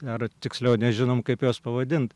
ar tiksliu nežinom kaip juos pavadint